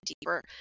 deeper